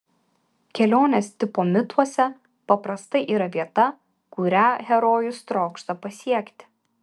kelionės tipo mituose paprastai yra vieta kurią herojus trokšta pasiekti